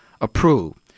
approved